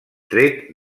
tret